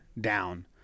down